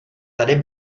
tady